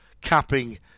capping